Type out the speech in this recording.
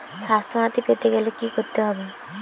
স্বাস্থসাথী পেতে গেলে কি করতে হবে?